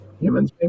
humans